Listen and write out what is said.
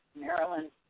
Maryland